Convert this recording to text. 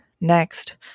Next